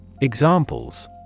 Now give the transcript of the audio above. Examples